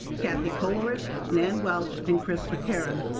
kathy coleric, nann welch and chris mccaren.